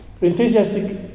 enthusiastic